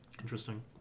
interesting